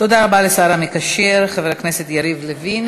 תודה רבה לשר המקשר חבר הכנסת יריב לוין.